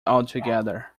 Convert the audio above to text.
altogether